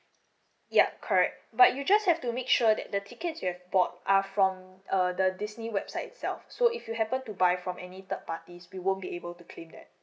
ya correct but you just have to make sure that the tickets you have bought are from uh the disney website itself so if you happen to buy from any third parties we won't be able to claim that